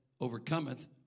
overcometh